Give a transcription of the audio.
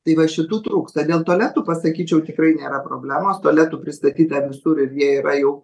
tai va šitų trūksta dėl tualetų pasakyčiau tikrai nėra problemos tualetų pristatyta visur ir jie yra jau